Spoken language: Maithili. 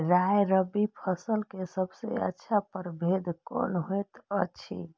राय रबि फसल के सबसे अच्छा परभेद कोन होयत अछि?